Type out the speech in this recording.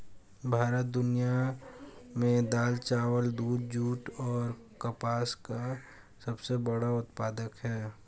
भारत दुनिया में दाल, चावल, दूध, जूट और कपास का सबसे बड़ा उत्पादक है